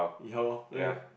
ya lor like